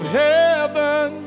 heaven